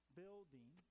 building